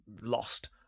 lost